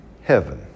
Heaven